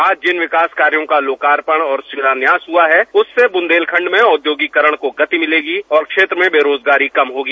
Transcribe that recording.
आज जिन विकास कार्यो का लोकार्पण और शिलान्यास हुआ है उससे बुंदेलखंड में औद्योगिकीकरण को गति मिलेगी और क्षेत्र में बेरोजगारी कम होगी